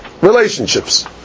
relationships